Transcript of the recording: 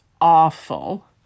awful